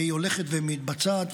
והיא הולכת ומתבצעת,